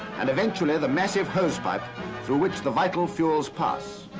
and eventually, the massive hose pipe through which the vital fuels pass.